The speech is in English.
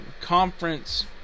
conference